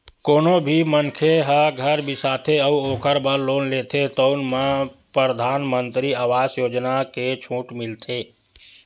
कोनो भी मनखे ह घर बिसाथे अउ ओखर बर लोन लेथे तउन म परधानमंतरी आवास योजना के छूट मिलथे